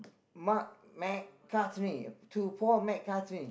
Mark McCartney to Paul-McCartney